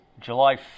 July